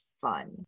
fun